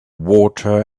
water